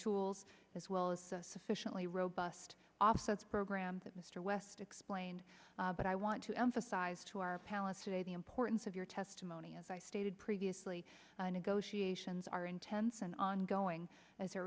tools as well as sufficiently robust offsets programs that mr west explained but i want to emphasize to our palace today the importance of your testimony as i stated previously negotiations are intense and ongoing as it